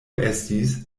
estis